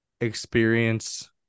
experience